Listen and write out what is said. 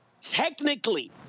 technically